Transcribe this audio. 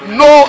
no